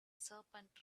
serpent